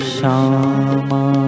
Shama